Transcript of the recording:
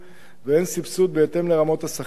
והן סבסוד בהתאם לרמות השכר,